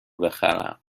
بخرم